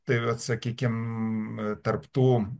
tai vat sakykim tarp tų